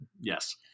Yes